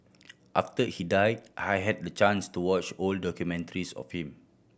after he died I had the chance to watch old documentaries of him